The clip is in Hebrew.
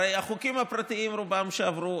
הרי החוקים הפרטיים שעברו,